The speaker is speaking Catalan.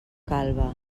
calba